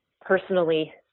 personally